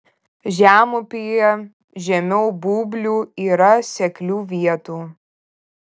žemupyje žemiau būblių yra seklių vietų